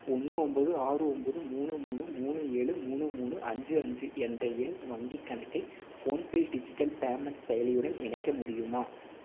ஒன்று ஒம்பது ஆறு ஒம்பது மூணு மூணு மூணு ஏழு மூணு மூணு அஞ்சு அஞ்சு என்ற என் வங்கிக் கணக்கை ஃபோன்பே டிஜிட்டல் பேமெண்ட் செயலியுடன் இணைக்க முடியுமா